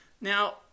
Now